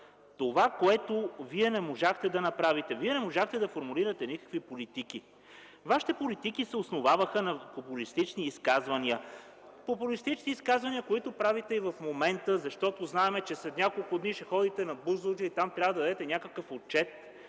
Това, което Вие не можахте да направите. Вие не можахте да формулирате никакви политики. Вашите политики се основаваха на популистични изказвания. Популистични изказвания, които правите и в момента, защото знаем, че след няколко дни ще ходите на Бузлуджа и там трябва да дадете някакъв отчет,